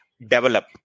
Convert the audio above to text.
develop